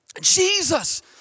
Jesus